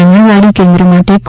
આંગણવાડી કેન્દ્ર માટે કો